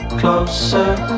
closer